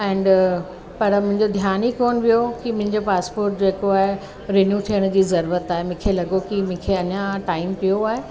and पर मुंहिंजो ध्यान ई कोन वियो कि मुंहिंजो पासपोट जेको आहे रिन्यू थियण जी ज़रूरत आहे मूंखे लॻो कि मूंखे अञा टाइम पियो आहे